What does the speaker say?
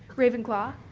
ravenclaw,